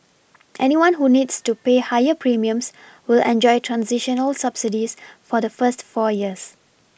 anyone who needs to pay higher premiums will enjoy transitional subsidies for the first four years